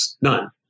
None